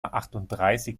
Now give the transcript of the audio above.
achtunddreißig